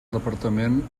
departament